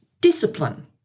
discipline